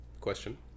question